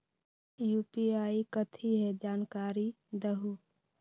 UPI कथी है? जानकारी दहु